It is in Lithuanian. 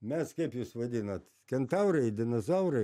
mes kaip jūs vadinat kentaurai dinozaurai